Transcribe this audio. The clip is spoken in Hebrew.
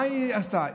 מה היא עשתה?